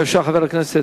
והספורט.